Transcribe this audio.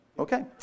okay